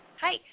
Hi